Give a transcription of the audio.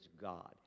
God